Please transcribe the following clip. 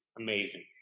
amazing